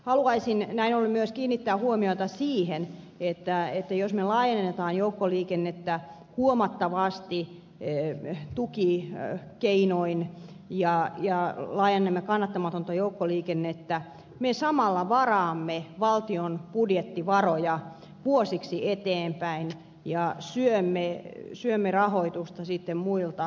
haluaisin näin ollen myös kiinnittää huomiota siihen että jos me laajennamme joukkoliikennettä huomattavasti tukikeinoin ja laajennamme kannattamatonta joukkoliikennettä me samalla varaamme valtion budjettivaroja vuosiksi eteenpäin ja syömme rahoitusta sitten muilta hyvinvointipalveluilta